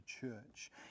church